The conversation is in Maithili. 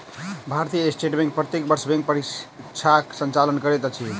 भारतीय स्टेट बैंक प्रत्येक वर्ष बैंक परीक्षाक संचालन करैत अछि